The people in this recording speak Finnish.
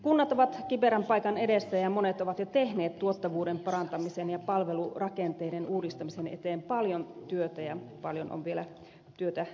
kunnat ovat kiperän paikan edessä ja monet ovat jo tehneet tuottavuuden parantamisen ja palvelurakenteiden uudistamisen eteen paljon työtä ja paljon on vielä työtä tekemättäkin